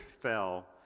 fell